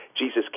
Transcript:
Jesus